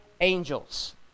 angels